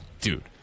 dude